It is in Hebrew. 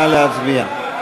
נא להצביע.